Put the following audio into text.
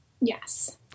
Yes